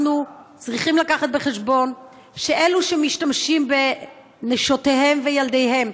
אנחנו צריכים לקחת בחשבון שאלו שמשתמשים בנשותיהם וילדיהם,